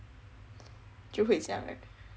就会这样 right